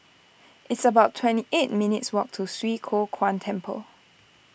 it's about twenty eight minutes' walk to Swee Kow Kuan Temple